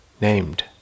named